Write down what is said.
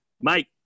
Mike